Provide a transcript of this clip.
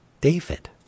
David